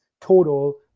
total